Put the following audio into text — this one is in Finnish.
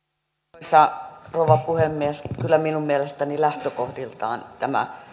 arvoisa rouva puhemies kyllä minun mielestäni lähtökohdiltaan tämä